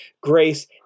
grace